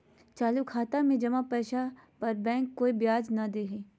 चालू खाता में जमा पैसा पर बैंक कोय ब्याज नय दे हइ